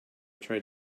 try